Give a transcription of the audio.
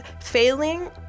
Failing